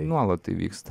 nuolat tai vyksta